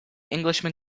englishman